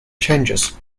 changes